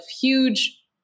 huge